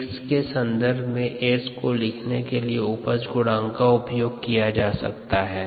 x के संदर्भ में s को लिखने के लिए उपज गुणांक का उपयोग किया जा सकता हैं